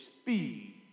speed